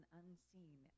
unseen